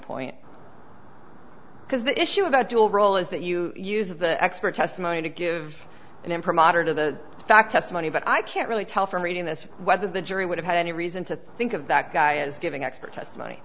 point because the issue about dual role is that you use the expert testimony to give an imprimatur to the fact testimony but i can't really tell from reading this whether the jury would have had any reason to think of that guy is giving expert testimony